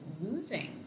losing